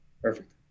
Perfect